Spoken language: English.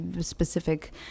specific